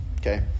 Okay